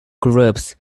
groups